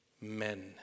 men